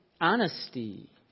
honesty